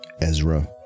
Ezra